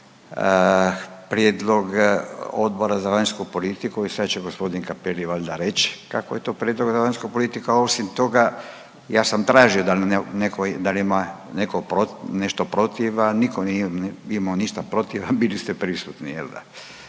prijedlog Odbora za vanjsku politiku i sad će gospodin Cappelli valjda reći kakav je to prijedlog da vanjska politika, osim toga ja sam tražio da li ima netko nešto protiv. A nitko nije imao ništa protiv, a bili ste prisutni. Tako da